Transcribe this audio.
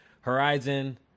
Horizon